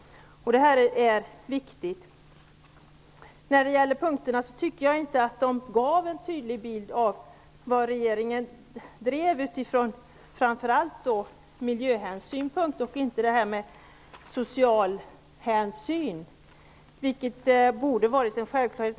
Detta är viktigt. När det gäller punkterna tycker jag inte att de gav en tydlig bild av vilken politik regeringen driver utifrån framför allt miljöhänsyn och inte social hänsyn. Det borde ha varit en självklarhet.